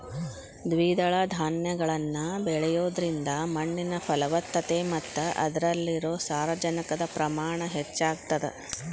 ದ್ವಿದಳ ಧಾನ್ಯಗಳನ್ನ ಬೆಳಿಯೋದ್ರಿಂದ ಮಣ್ಣಿನ ಫಲವತ್ತತೆ ಮತ್ತ ಅದ್ರಲ್ಲಿರೋ ಸಾರಜನಕದ ಪ್ರಮಾಣ ಹೆಚ್ಚಾಗತದ